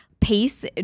pace